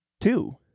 Two